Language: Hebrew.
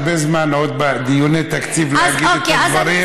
הרבה זמן בדיוני תקציב להגיד את הדברים.